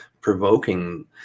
provoking